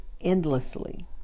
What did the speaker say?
endlessly